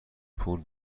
پول